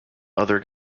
other